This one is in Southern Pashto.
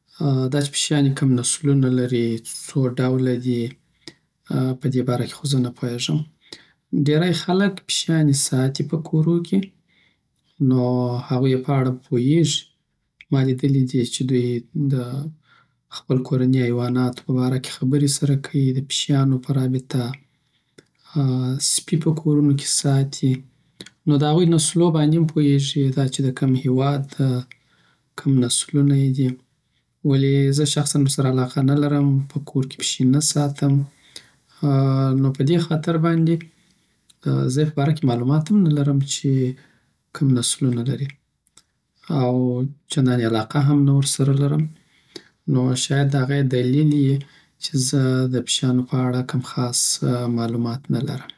داچی پشیانی کم نسلونه لری څوډوله دی په دی باره کی خو زه نه پوییزم ډیری خلګ پشیانی ساتی په کورو کی، نو هغوی یی په اړه پوییږی مالیدلی دی چی دوی دخپل کورنی حیواناتو په باره کی خبری سره که یی، دپشیانو په رابطه، سپی په کورونو کی ساتی نو دهغوی نسلوباندی هم پوییږی داچی دکم هیواد ده کم نسلونه یی دی ولی زه شخصن ورسره علاقه نلرم په کورکی پشی نه ساتم نو په دی خاطرباندی زی په باره کی مالومت هم نلرم چی کم نسلونه لری او چندانی علاقه هم نه ورسره لرم نوشاید داغه یی دلیل یی چی زه دپشیاو په اړه کم خاص مالومات نلرم